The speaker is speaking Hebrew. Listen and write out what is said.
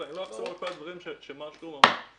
שיש כאן רגע מאוד מיוחד שצריך לתפוס אותו,